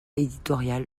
éditoriale